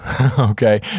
okay